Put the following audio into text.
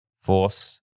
force